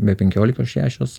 be penkiolikos šešios